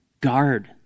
Guard